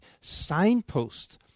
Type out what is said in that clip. signpost